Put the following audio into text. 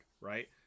right